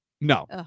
no